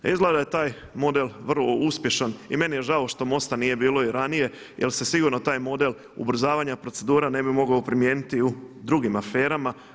A izgleda da je taj model vrlo uspješan i meni je žao što MOST-a nije bilo i ranije jer se sigurno taj model ubrzavanja procedura ne bi mogao primijeniti u drugim aferama.